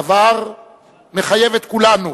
הדבר מחייב את כולנו